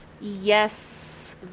Yes